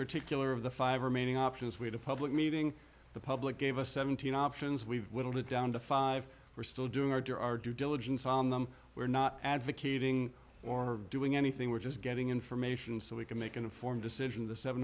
particular of the five remaining options we'd a public meeting the public gave us seventeen options we whittled it down to five we're still doing our due diligence on them we're not advocating or doing anything we're just getting information so we can make an informed decision the seven